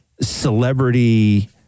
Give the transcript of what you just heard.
celebrity